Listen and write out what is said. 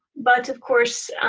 but of course,